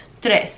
tres